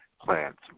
plants